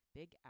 Big